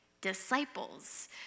disciples